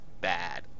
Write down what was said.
bad